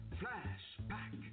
flashback